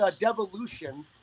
devolution